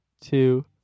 two